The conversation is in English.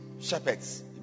shepherds